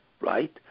right